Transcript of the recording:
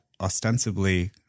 ostensibly